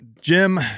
Jim